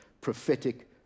prophetic